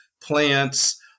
plants